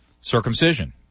circumcision